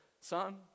son